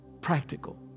Practical